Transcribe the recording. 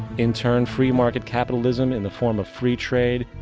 in turn, free market capitalism in the form of free trade,